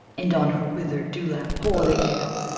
and on her withered dewlap pour the ale.